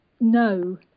No